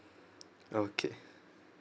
okay